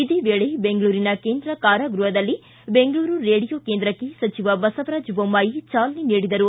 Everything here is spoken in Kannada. ಇದೇ ವೇಳೆ ಬೆಂಗಳೂರಿನ ಕೇಂದ್ರ ಕಾರಾಗೃಹದಲ್ಲಿ ಬೆಂಗಳೂರು ಕೆಡಿಯೋ ಕೇಂದ್ರಕ್ಷೆ ಸಚಿವ ಬಸವರಾಜ ದೊಮ್ದಾಯಿ ಚಾಲನೆ ನೀಡಿದರು